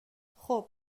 خوب